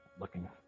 looking